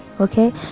okay